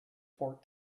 port